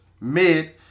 mid